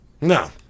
No